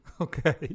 Okay